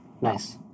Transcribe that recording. Nice